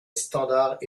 standards